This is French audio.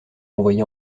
envoyé